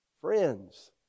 Friends